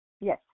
Yes